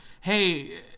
hey